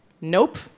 Nope